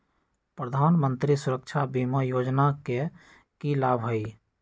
प्रधानमंत्री सुरक्षा बीमा योजना के की लाभ हई?